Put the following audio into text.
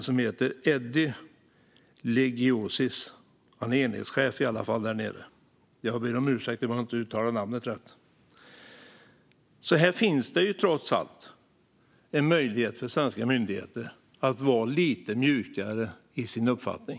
Men enligt enhetschefen Eddy Liegeois - jag ber om ursäkt om jag inte uttalade namnet rätt - svar, som jag läste ur, finns det trots allt en möjlighet för svenska myndigheter att vara lite mjukare i sin uppfattning.